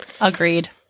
Agreed